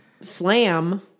slam